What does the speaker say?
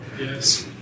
Yes